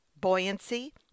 buoyancy